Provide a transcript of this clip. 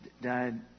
died